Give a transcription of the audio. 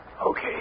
Okay